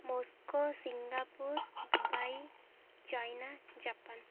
Moscow Singapore Dubai China Japan